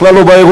בכלל לא באירוע,